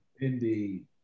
Indeed